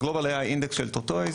ה-global AI index של Tortoise.